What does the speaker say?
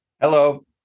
hello